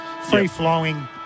free-flowing